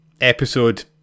episode